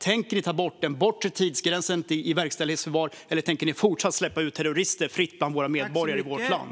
Tänker ni ta bort den bortre tidsgränsen för verkställighetsförvar, eller tänker ni fortsätta att släppa ut terrorister fritt bland våra medborgare i vårt land?